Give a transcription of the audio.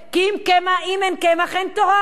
כי אם אין קמח אין תורה.